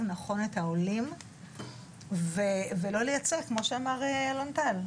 נכון את העולים ולא לייצר כמו שאמר אלון טל,